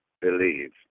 believe